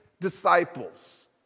disciples